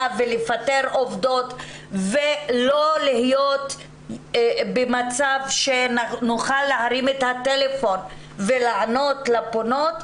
ולפטר עובדות ולא להיות במצב שנוכל להרים את הטלפון ולענות לפונות,